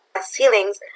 ceilings